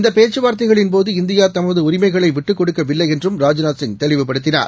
இந்தபேச்சுவார்த்தைகளின்போது இந்தியாதனதுஉரிமைகளைவிட்டுக்கொடுக்கவில்லைஎன்றும் ராஜ்நாத் சிங் தெளிவுப்படுத்தினார்